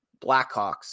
Blackhawks